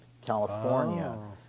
California